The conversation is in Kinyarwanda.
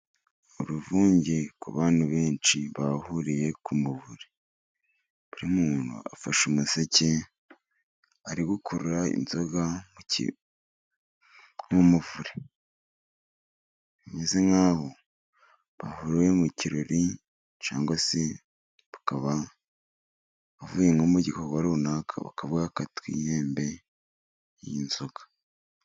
Uruvunge rw'abantu benshi bahuriye ku muvure, buri muntu afashe umuseke ari gukurura inzoga mu ki... mu muvure, bameze nk'aho bahuye mu birori cyangwa se bakaba bavuye nko mu gikorwa runaka bakavuga reka twihembe iyi nzoga.